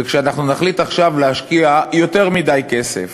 וכשאנחנו נחליט עכשיו להשקיע יותר מדי כסף